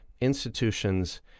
institutions